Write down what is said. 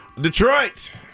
Detroit